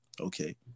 okay